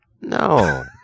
No